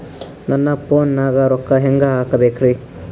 ನನ್ನ ಫೋನ್ ನಾಗ ರೊಕ್ಕ ಹೆಂಗ ಹಾಕ ಬೇಕ್ರಿ?